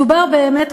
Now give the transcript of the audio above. מדובר באמת,